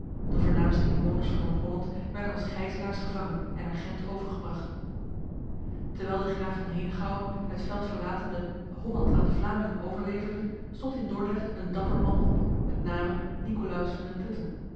de voornaamste inwoners van noord-holland werden als gijzelaars gevangen en naar gent overgebracht terwijl de graaf van henegouwen het veld verlatende holland aan de vlamingen overleverde stond in dordrecht een dapper man op met name nicolaus van den putte